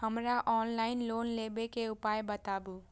हमरा offline loan लेबे के उपाय बतबु?